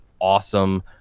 awesome